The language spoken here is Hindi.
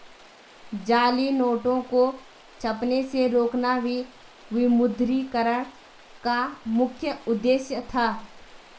जाली नोटों को छपने से रोकना भी विमुद्रीकरण का मुख्य उद्देश्य था